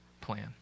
plan